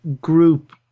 group